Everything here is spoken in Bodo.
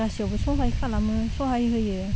गासैआवबो सहाय खालामो सहाय होयो